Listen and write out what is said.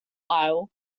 aisle